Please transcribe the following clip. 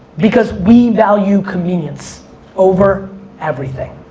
because we value convenience over everything.